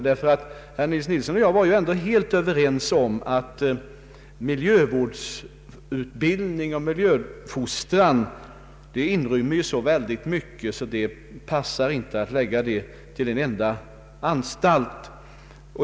Herr Nils Nilsson och jag var ju ändå helt överens om att miljövårdsutbildning och miljöfostran inrymmer så väldigt mycket att dessa ämnen inte kan läggas på en enda anstalt.